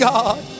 God